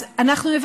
אז אנחנו,